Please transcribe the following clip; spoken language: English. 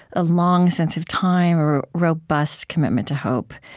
a long sense of time or a robust commitment to hope.